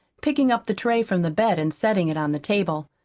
picking up the tray from the bed and setting it on the table.